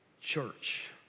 church